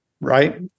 Right